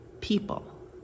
people